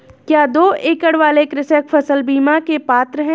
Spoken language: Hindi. क्या दो एकड़ वाले कृषक फसल बीमा के पात्र हैं?